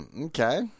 Okay